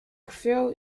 krwią